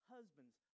Husbands